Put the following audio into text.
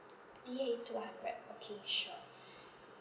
D A two hundred okay sure